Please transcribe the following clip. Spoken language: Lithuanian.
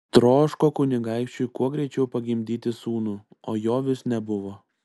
troško kunigaikščiui kuo greičiau pagimdyti sūnų o jo vis nebuvo